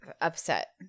upset